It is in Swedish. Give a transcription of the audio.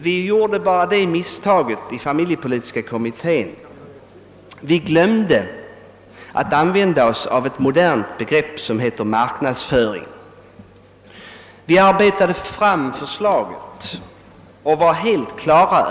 Vi arbetade fram ett förslag och ansåg att det var en mycket god lösning till barnfamiljernas bästa, och en rättvis reform.